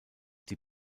die